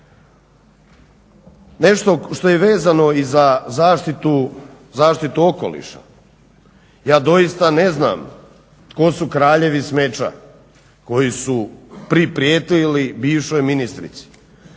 Nešto što je vezano za zaštitu okoliša, ja doista ne znam tko su kraljevi smeća koji su priprijetili bivšoj ministrici,